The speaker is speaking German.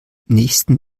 nächsten